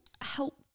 help